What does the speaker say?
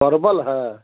परवल है